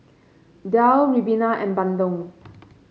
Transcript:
daal ribena and bandung